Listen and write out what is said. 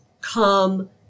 come